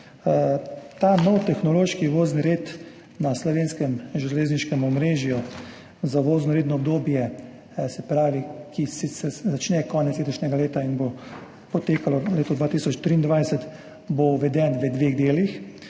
Ta nov tehnološki vozni red na slovenskem železniškem omrežju za voznoredno obdobje, ki se začne konec letošnjega leta in bo potekalo v letu 2023, bo uveden v dveh delih.